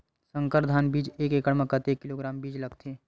संकर धान बीज एक एकड़ म कतेक किलोग्राम बीज लगथे?